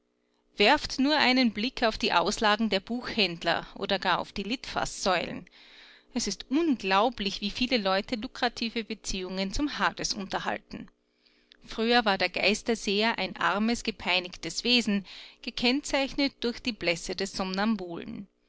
werft nur einen blick auf die auslagen der buchhändler oder gar auf die litfaßsäulen es ist unglaublich wie viele leute lukrative beziehungen zum hades unterhalten früher war der geisterseher ein armes gepeinigtes wesen gekennzeichnet durch die blässe des